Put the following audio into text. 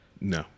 No